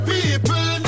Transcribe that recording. People